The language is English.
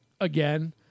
again